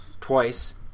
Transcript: twice